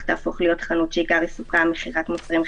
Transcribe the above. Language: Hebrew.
תהפוך להיות חנות שעיקר עיסוקה הוא מכירת מוצרים חיוניים.